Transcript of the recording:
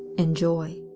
enjoy.